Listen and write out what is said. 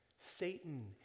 Satan